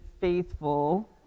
faithful